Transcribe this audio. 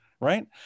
Right